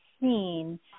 seen